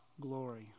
glory